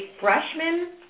freshman